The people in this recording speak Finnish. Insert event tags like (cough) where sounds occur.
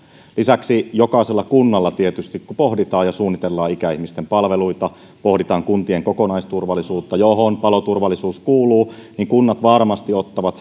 lisäksi jokaisessa kunnassa kun tietysti pohditaan ja suunnitellaan ikäihmisten palveluita ja pohditaan kuntien kokonaisturvallisuutta johon paloturvallisuus kuuluu kunnat varmasti ottavat (unintelligible)